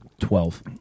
Twelve